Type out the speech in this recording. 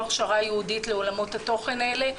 הכשרה ייעודית לעולמות התוכן האלה.